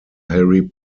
harry